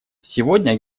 сегодня